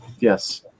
Yes